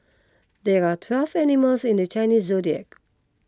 there are twelve animals in the Chinese zodiac